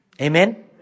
Amen